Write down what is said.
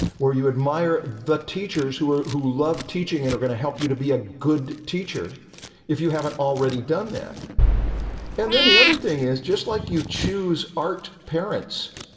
where you admire the teachers who are who love teaching and are going to help you to be a good teacher if you haven't already done that and then the other thing is just like you choose art parents.